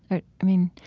i mean,